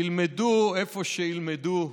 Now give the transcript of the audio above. ילמדו איפה שילמדו.